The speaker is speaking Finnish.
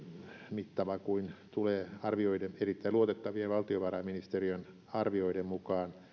mittava kuin tulee erittäin luotettavien valtiovarainministeriön arvioiden mukaan